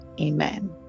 amen